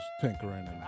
tinkering